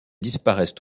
disparaissent